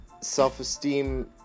Self-esteem